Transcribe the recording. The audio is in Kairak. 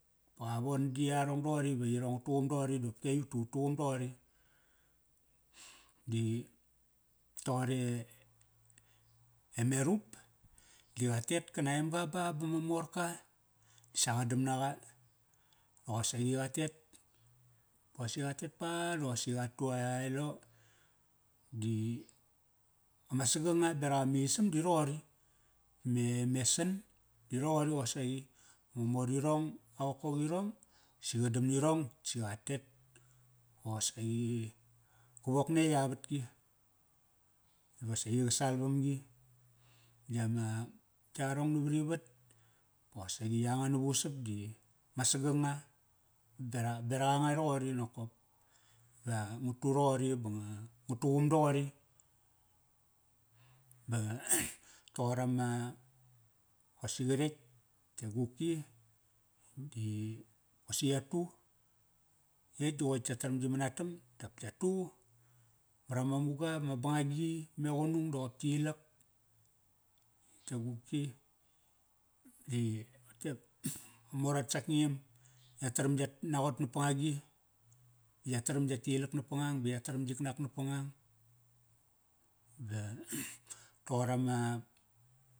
Ba qa von da yarong doqori va irong nga tuqum doqori qopki aiyut ti ut tuqum doqori. D i toqor e, e merup di qa tet kana emga ba bam morka, sa qa dam naqa. Da qosaqi qa tet, kosi qatet pa da qosi qa tu a elo. Di ama saganga berak amisam di roqori. Me mesam di roqori qosaqi. Ma mor irong a qokogirong si qa dam nirong si qa tet. Da qosaqi, qa wok na etk a vatki, va saqi qa sal vamgi. Di ama, yarong na vari vat. Ba qosaqi yanga navusap di ma saganga bera, beraqa nga roqori nokop. Va nga tu roqori ba nga, nga tuqum doqori Ba toqor ama, qosi qaretk e guki, di qosi ya tu. Etk ti qoir tka taram gi manatam dap ya tu marama muga, ma bangagi, bame qunung da qop tki ilak, yetk e guki. Di rote ma mor at sakngem. Ya taram yat naqot nap pangagi. Ya taram ya tilak napangang ba ya taram yik nak napangang. Ba toqor ama.